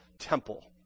temple